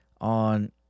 on